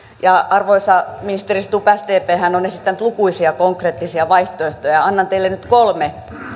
arvoisa ministeri stubb sdphän on esittänyt lukuisia konkreettisia vaihtoehtoja annan teille nyt kolme